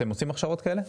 אתם עושים הכשרות כאלה?